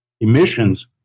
emissions